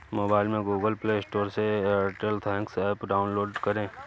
mobile में Google Play Store से Airtel Thanks app download करें